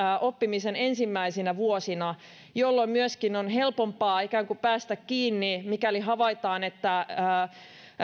oppimisen ensimmäisinä vuosina jolloin myöskin on helpompaa ikään kuin päästä kiinni mikäli havaitaan että